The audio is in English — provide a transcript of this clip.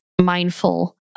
mindful